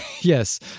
Yes